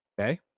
Okay